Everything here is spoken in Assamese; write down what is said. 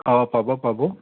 অঁ পাব পাব